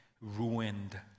ruined